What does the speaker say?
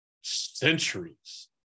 centuries